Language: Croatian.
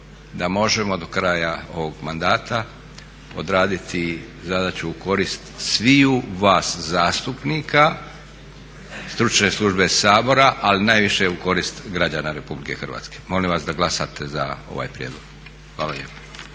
da možemo do kraja ovog mandata odraditi zadaću u korist svih vas zastupnika Stručne službe Sabora, ali najviše u korist građana Republike Hrvatske. Molim vas da glasate za ovaj prijedlog. Hvala